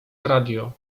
radio